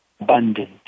abundant